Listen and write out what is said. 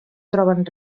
troben